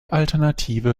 alternative